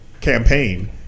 campaign